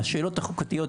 השאלות החוקתיות,